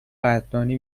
قدردانی